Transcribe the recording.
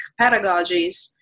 pedagogies